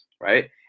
right